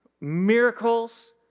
miracles